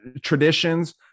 traditions